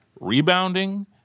Rebounding